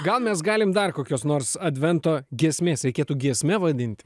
gal mes galim dar kokios nors advento giesmės reikėtų giesme vadinti